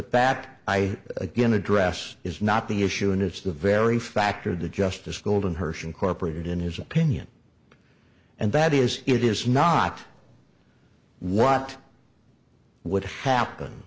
back i again address is not the issue and it's the very fact of the justice golden hirsch incorporated in his opinion and that is it is not what would